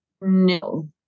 no